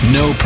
No